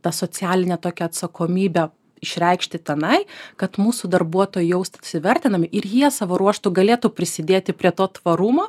tą socialinę tokią atsakomybę išreikšti tenai kad mūsų darbuotojai jaustųsi vertinami ir jie savo ruožtu galėtų prisidėti prie to tvarumo